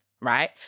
right